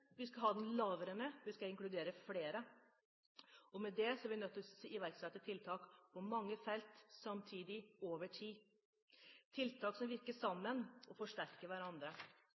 Vi skal ha den lavere, vi skal inkludere flere. Med det er vi nødt til å iverksette tiltak på mange felt samtidig over tid, tiltak som virker sammen, og som forsterker hverandre.